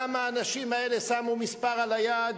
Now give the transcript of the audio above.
למה האנשים האלה שמו מספר על היד?